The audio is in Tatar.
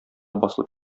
басылып